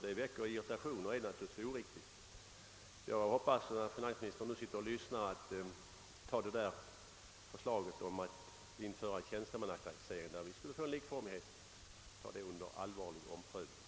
Detta väcker irritation och är naturligtvis oriktigt. Jag hoppas att finansministern tar förslaget om att införa tjänstemannataxering, vilket skulle medföra likformighet, under allvarlig omprövning.